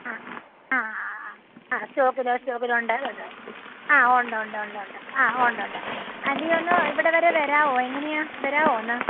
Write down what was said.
ആ ആ ആ ആ സ്റ്റോക്കിൽ സ്റ്റോക്കിലുണ്ട് ഉണ്ട് ആ ഉണ്ടൊണ്ടൊണ്ടൊണ്ട് ആ ഉണ്ടൊണ്ട് ആൻറ്റീ ഒന്ന് ഇവിടെ വരെ വരാവോ എങ്ങനെയാണ് വരാവോ ഒന്ന്